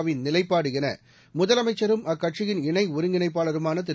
win நிலைப்பாடு என முதலமைச்சரும் அக்கட்சியின் இணை ஒருங்கிணைப்பாளருமான திரு